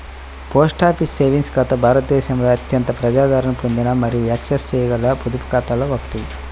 post office savings ఖాతా భారతదేశంలో అత్యంత ప్రజాదరణ పొందిన మరియు యాక్సెస్ చేయగల పొదుపు ఖాతాలలో ఒకటి